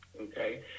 okay